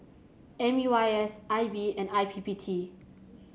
M U I S I B and I P P T